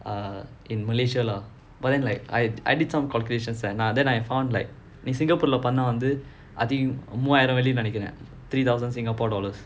err in malaysia leh but then like I I did some calculations and that uh then I found like நீ:nee singapore leh பண்ண வந்து மூஆயிரம் வெள்ளின்னு நெனைக்கிறேன்:panna vanthu mooaayeeram vellinu nenaikkiraen three thousand singapore dollars